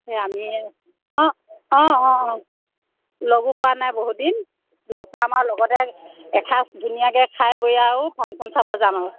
সেই আমিয়ে অ' অ' অ' লগো পোৱা নাই বহুতদিন লগ পাম আৰ লগতে এসাজ ধুনীয়কৈ খাই বৈ আৰু ফাংচন চাব যাম আৰু